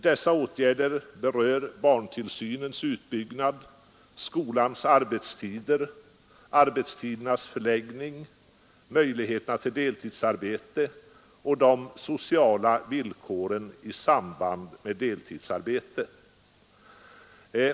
Dessa åtgärder berör barntillsynens utbyggnad, skolans arbetstider, arbetstidernas förläggning, möjligheter till deltidsarbete och de sociala villkoren i samband med deltidsarbete.